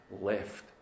left